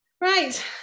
Right